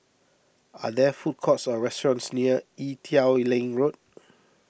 are there food courts or restaurants near Ee Teow Leng Road